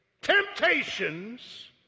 temptations